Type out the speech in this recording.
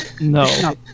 no